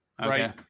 Right